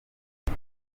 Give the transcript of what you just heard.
iyo